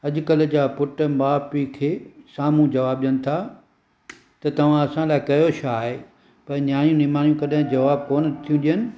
अॼुकल्ह जा पुट माउ पीउ खे साम्हू जवाब ॾियनि था त तव्हां असां लाइ कयो छा आहे पर नियाणी निमाणी कॾहिं जवाबु कोन थियूं ॾियनि